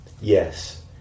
Yes